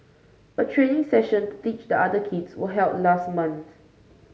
a training session to teach the other children was held last month